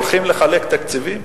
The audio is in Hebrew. הולכים לחלק תקציבים?